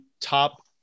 top